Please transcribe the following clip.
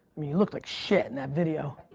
i mean you look like shit in that video.